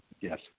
Yes